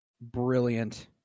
brilliant